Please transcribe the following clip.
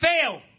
fail